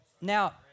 Now